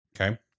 Okay